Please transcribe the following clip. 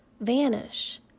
vanish